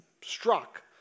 struck